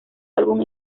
álbum